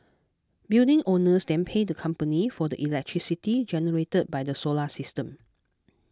building owners then pay the company for the electricity generated by the solar system